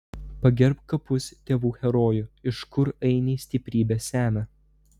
pagerbk kapus tėvų herojų iš kur ainiai stiprybę semia